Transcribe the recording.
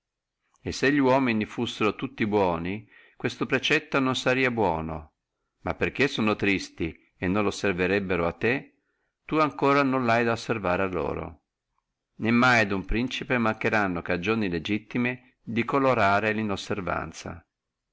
e se li uomini fussino tutti buoni questo precetto non sarebbe buono ma perché sono tristi e non la osservarebbano a te tu etiam non lhai ad osservare a loro né mai a uno principe mancorono cagioni legittime di colorare